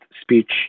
speech